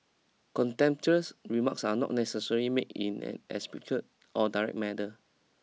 contemptuous remarks are not necessary made in an explicit or direct manner